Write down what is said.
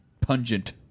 pungent